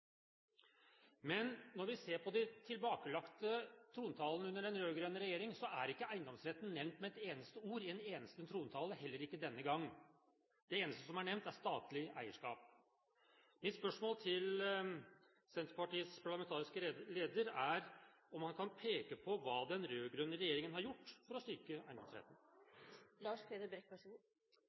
Men når vi ser på de tilbakelagte trontalene under den rød-grønne regjeringen, er ikke eiendomsretten nevnt med et eneste ord i en eneste trontale, heller ikke denne gangen. Det eneste som er nevnt, er statlig eierskap. Mitt spørsmål til Senterpartiets parlamentariske leder er om han kan peke på hva den rød-grønne regjeringen har gjort for å styrke